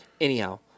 Anyhow